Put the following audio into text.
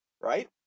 Right